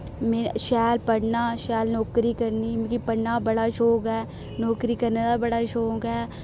मों शैल पढ़ना शैल नौकरी करनी मिकी पढ़ने दा बड़ा शौक ऐ नौकरी करने दा बड़ा शौंक ऐ